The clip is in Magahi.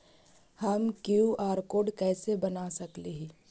हम कियु.आर कोड कैसे बना सकली ही?